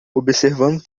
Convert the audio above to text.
observando